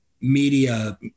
media